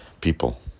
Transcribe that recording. people